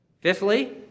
Fifthly